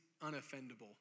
unoffendable